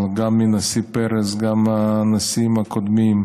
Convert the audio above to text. אבל גם הנשיא פרס וגם הנשיאים הקודמים,